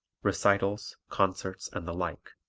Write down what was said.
recitals, concerts and the like.